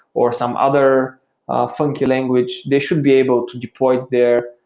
or some other funky language, they should be able to deploy it there,